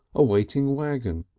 a waiting waggon,